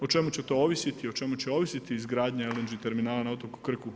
O čemu će to ovisiti i o čemu će ovisiti izgradnja LNG terminala na otoku Krku?